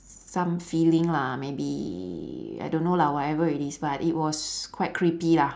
some feeling lah maybe I don't know lah whatever it is but it was quite creepy lah